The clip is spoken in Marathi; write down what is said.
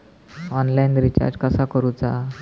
ऑनलाइन रिचार्ज कसा करूचा?